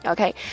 Okay